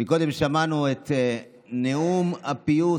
קודם שמענו את "נאום הפיוס"